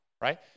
right